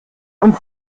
und